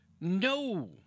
no